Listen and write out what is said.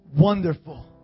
wonderful